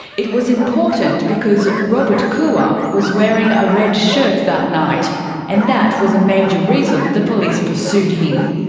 it was important because robert koua was wearing a red shirt that night and that was a major reason the police pursued him.